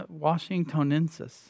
Washingtonensis